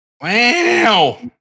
Wow